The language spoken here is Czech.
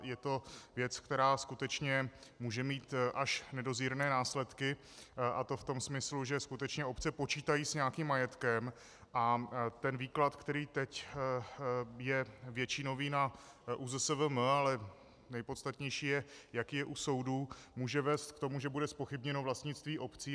Je to věc, která skutečně může mít až nedozírné následky, a to v tom smyslu, že skutečně obce počítají s nějakým majetkem a ten výklad, který teď je většinový na ÚZSVM, a nejpodstatnější je, jak je u soudů, může vést k tomu, že bude zpochybněno vlastnictví obcí.